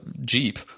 Jeep